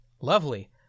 lovely